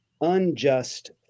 unjust